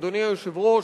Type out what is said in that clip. אדוני היושב-ראש,